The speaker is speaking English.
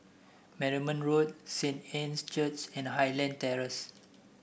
Marymount Road Saint Anne's Church and Highland Terrace